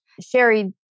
Sherry